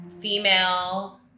female